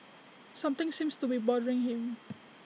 something seems to be bothering him